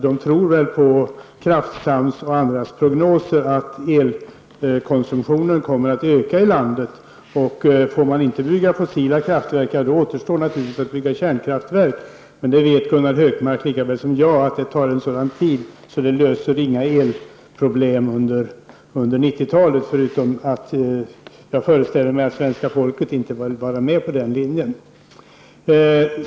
De tror väl på Kraftsams och andras prognoser att elkonsumtionen kommer att öka i landet. Får man inte bygga kraftverk för fossila bränslen, återstår naturligtvis att bygga kärnkraftverk. Men Gunnar Hökmark vet lika väl som jag att detta tar en sådan tid att det inte löser några elproblem under 90-talet, förutom att jag föreställer mig att svenska folket inte vill vara med på den linjen.